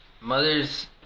mothers